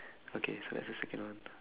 okay so that's the second one